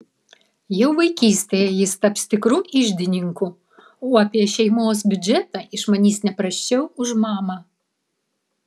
jau vaikystėje jis taps tikru iždininku o apie šeimos biudžetą išmanys ne prasčiau už mamą